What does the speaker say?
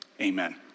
amen